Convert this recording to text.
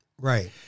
Right